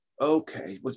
okay